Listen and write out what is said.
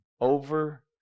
over